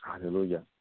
Hallelujah